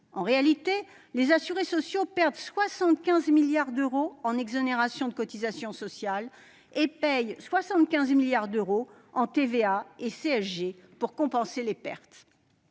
En réalité, les assurés sociaux perdent 75 milliards d'euros en exonérations de cotisations sociales et paient 75 milliards d'euros en TVA et en CSG pour compenser les pertes.